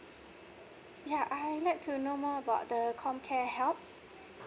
yeah I'd like to know more about the com care help